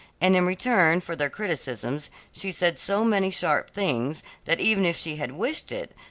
and in return for their criticisms she said so many sharp things that even if she had wished it,